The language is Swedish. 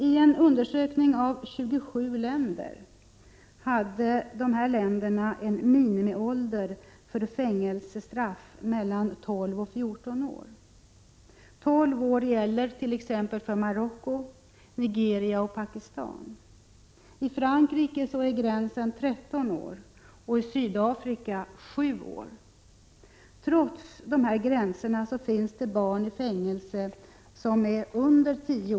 I en undersökning av 27 länder visade de sig att dessa länder hade en minimiålder för fängelsestraff på mellan 12 och 14 år. 12 år gäller för t.ex. Marocko, Nigeria och Pakistan. I Frankrike är gränsen 13 år och i Sydafrika 7 år. Trots dessa gränser finns det barn i fängelse som är under 10årit.